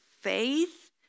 faith